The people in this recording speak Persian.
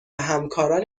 همکاران